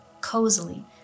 cozily